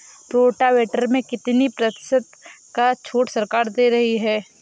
Rotavator में कितनी प्रतिशत का छूट सरकार दे रही है?